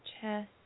chest